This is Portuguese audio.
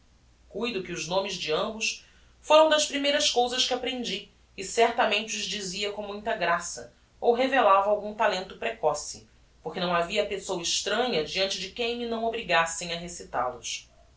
cuido que os nomes de ambos foram das primeiras cousas que aprendi e certamente os dizia com muita graça ou revelava algum talento precoce porque não havia pessoa extranha diante de quem me não obrigassem a